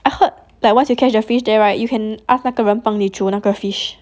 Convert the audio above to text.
I heard like once you catch a fish there right you can ask 那个人帮你煮那个 fish